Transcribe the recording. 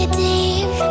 deep